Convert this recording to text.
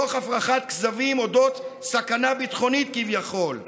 תוך הפרחת כזבים אודות סכנה ביטחונית כביכול.